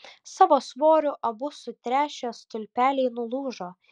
savo svoriu abu sutręšę stulpeliai nulūžo